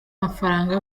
mafaranga